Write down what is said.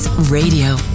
Radio